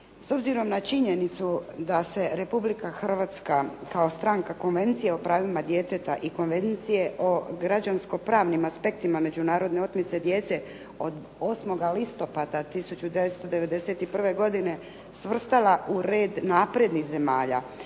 S obzirom na činjenicu da se Republika Hrvatska kao stranka Konvencije o pravima djeteta i Konvencije o građansko-pravnim aspektima međunarodne otmice djece od 8. listopada 1991. godine svrstala u red naprednih zemalja